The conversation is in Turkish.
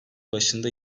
başında